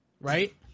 right